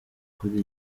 kuri